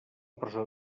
presó